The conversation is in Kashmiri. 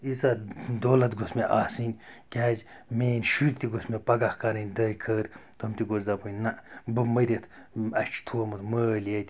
ییٖژاہ دولت گٔژھ مےٚ آسٕنۍ کیٛازِ میٛٲنۍ شُرۍ تہِ گٔژھۍ مےٚ پگاہ کَرٕنۍ دعاے خٔیر تِم تہِ گٔژھۍ دَپٕنۍ نَہ بہٕ مٔرِتھ اسہِ چھُ تھوٚومُت مٲلۍ ییٚتہِ